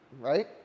right